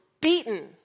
beaten